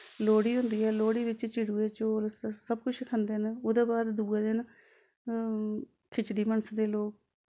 लोह्ड़ी होंदी ऐ लोह्ड़ी बिच्च चिड़वे चौल सब किश खंदे न ओह्दे बाद दुए दिन खिचड़ी मनसदे लोक